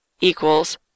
equals